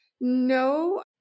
No